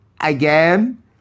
again